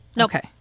Okay